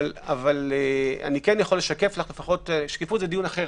אבל אני יכול לשקף לך שקיפות זה דיון אחר,